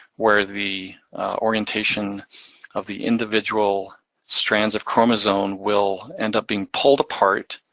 where the orientation of the individual strands of chromosome will end up being pulled apart.